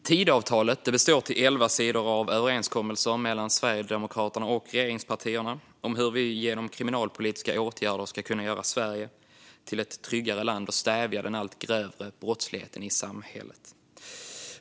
Tidöavtalet består till elva sidor av överenskommelser mellan Sverigedemokraterna och regeringspartierna om hur vi genom kriminalpolitiska åtgärder ska kunna göra Sverige till ett tryggare land och stävja den allt grövre brottsligheten i samhället.